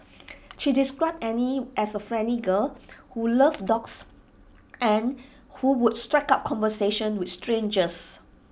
she described Annie as A friendly girl who loved dogs and who would strike up conversations with strangers